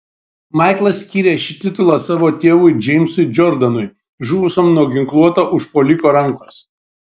maiklas skyrė šį titulą savo tėvui džeimsui džordanui žuvusiam nuo ginkluoto užpuoliko rankos